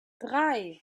drei